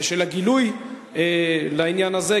של הגילוי לעניין הזה,